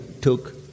took